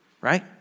right